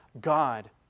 God